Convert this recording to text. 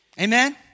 Amen